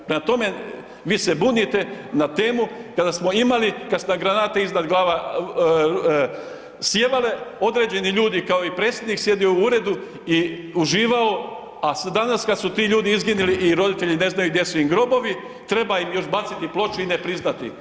Prema tome, vi se bunite na temu kada smo imali, kad su nam granate iznad glava sijevale, određeni ljudi kao i Predsjednik, sjedio je u uredu i uživao a danas kada su ti ljudi izginili i roditelji ne znaju gdje su im grobovi treba još im baciti ploču i ne priznati.